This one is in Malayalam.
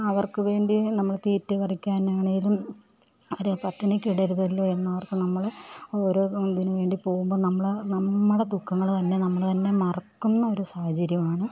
അവർക്ക് വേണ്ടി നമ്മൾ തീറ്റ പറിക്കാനാണെങ്കിലും അവരെ പട്ടിണിക്ക് ഇടരുതല്ലോ എന്ന് ഓർത്തു നമ്മൾ ഓരോ ഇതിനു വേണ്ടി പോകുമ്പോൾ നമ്മൾ നമ്മുടെ ദുഃഖങ്ങൾ തന്നെ നമ്മൾ തന്നെ മറക്കുന്ന ഒരു സാഹചര്യം ആണ്